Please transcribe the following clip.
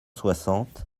soixante